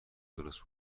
درست